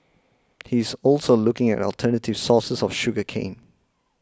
he is also looking at alternative sources of sugar cane